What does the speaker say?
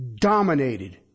dominated